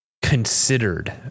considered